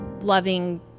loving